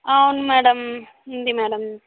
అవును మ్యాడమ్ ఉంది మ్యాడమ్